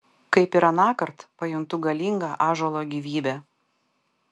kaip ir anąkart pajuntu galingą ąžuolo gyvybę